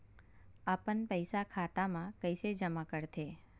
अपन पईसा खाता मा कइसे जमा कर थे?